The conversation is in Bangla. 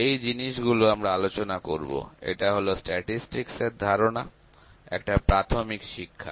এই জিনিস গুলো আমরা আলোচনা করব এটা হল স্ট্যাটিস্টিক্স এর ধারণার একটা প্রাথমিক শিক্ষা